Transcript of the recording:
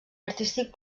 artístic